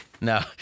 No